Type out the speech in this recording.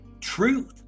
truth